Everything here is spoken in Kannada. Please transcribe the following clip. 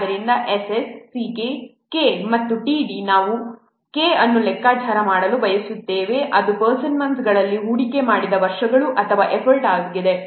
ಆದ್ದರಿಂದ S s C k K ಮತ್ತು t d ನಾವು K ಅನ್ನು ಲೆಕ್ಕಾಚಾರ ಮಾಡಲು ಬಯಸುತ್ತೇವೆ ಅದು ಪರ್ಸನ್ ಮಂತ್ಸ್ಗಳಲ್ಲಿ ಹೂಡಿಕೆ ಮಾಡಿದ ವರ್ಷಗಳು ಅಥವಾ ಎಫರ್ಟ್ ಆಗಿವೆ